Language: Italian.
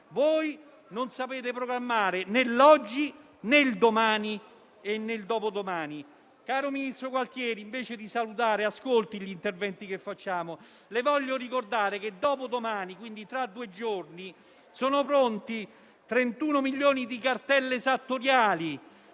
Voi non sapete programmare l'oggi, né il domani né il dopodomani. Caro ministro Gualtieri, invece di salutare, ascolti gli interventi che facciamo. Le voglio ricordare che dopodomani, quindi tra due giorni, sono pronti 31 milioni di cartelle esattoriali.